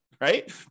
right